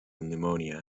pneumonia